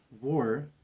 war